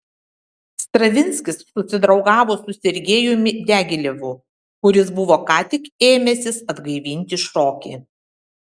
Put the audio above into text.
stravinskis susidraugavo su sergejumi diagilevu kuris buvo ką tik ėmęsis atgaivinti šokį